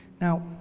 Now